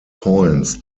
points